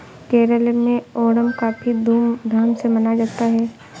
केरल में ओणम काफी धूम धाम से मनाया जाता है